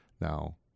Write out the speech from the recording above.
Now